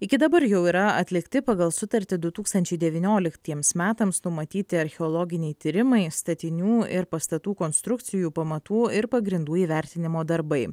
iki dabar jau yra atlikti pagal sutartį du tūkstančiai devynioliktiems metams numatyti archeologiniai tyrimai statinių ir pastatų konstrukcijų pamatų ir pagrindų įvertinimo darbai